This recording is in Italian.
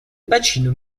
bacino